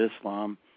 Islam